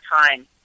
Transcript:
time